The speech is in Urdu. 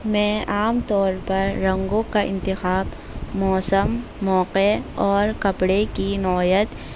میں عام طور پر رنگوں کا انتخاب موسم موقعے اور کپڑے کی نوعیت